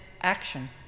action